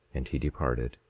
and he departed.